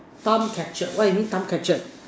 time captured what you mean time captured